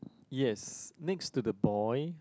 yes next to the boy